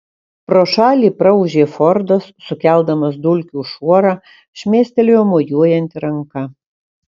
pro šalį praūžė fordas sukeldamas dulkių šuorą šmėstelėjo mojuojanti ranka